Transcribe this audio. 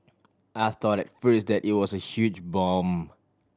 I thought at first that it was a huge bomb